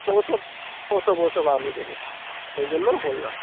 ওসব ওসব ওসব আমি দেব ওই জন্য বললাম